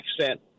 accent